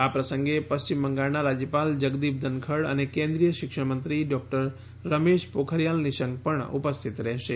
આ પ્રસંગે પશ્ચિમ બંગાળના રાજ્યપાલ જગદીપ ધનખડ અને કેન્દ્રીય શિક્ષણમંત્રી ડોક્ટર રમેશ પોખરિયાલ નિશંક પણ ઉપસ્થિત રહેશે